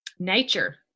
nature